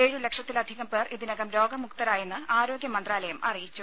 ഏഴു ലക്ഷത്തിലധികം പേർ ഇതിനകം രോഗമുക്തരായെന്ന് ആരോഗ്യ മന്ത്രാലയം അറിയിച്ചു